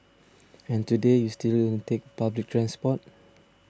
and today you still take public transport